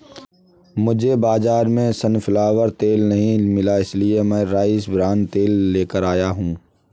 मुझे बाजार में सनफ्लावर तेल नहीं मिला इसलिए मैं राइस ब्रान तेल लेकर आया हूं